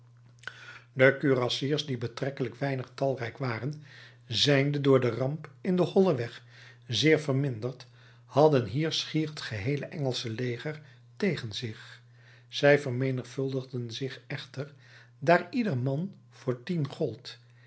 de kurassiers die betrekkelijk weinig talrijk waren zijnde door de ramp in den hollen weg zeer verminderd hadden hier schier het geheele engelsche leger tegen zich zij vermenigvuldigden zich echter daar ieder man voor tien gold